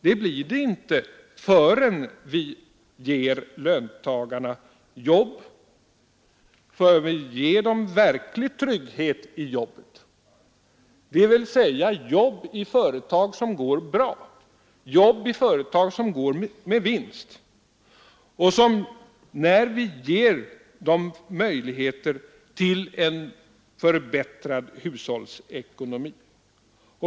Det blir det inte förrän vi ger löntagarna jobb, förrän vi ger dem verklig trygghet i jobbet, dvs. jobb i företag som går bra och med vinst och förrän vi ger dem möjligheter till en förbättrad hushållsekonomi.